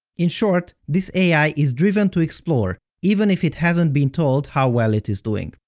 in short, this ai is driven to explore, even if it hasn't been told how well it is doing.